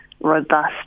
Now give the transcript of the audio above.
robust